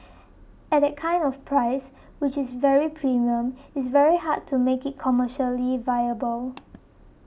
at that kind of price which is very premium it's very hard to make it commercially viable